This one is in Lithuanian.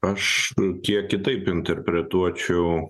aš kiek kitaip interpretuočiau